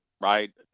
Right